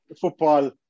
football